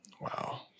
Wow